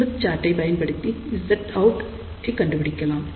Smith சார்ட்டை பயன்படுத்தி Zout ஐ கண்டுபிடிக்கலாம்